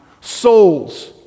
souls